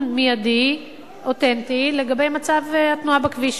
מיידי אותנטי לגבי מצב התנועה בכביש,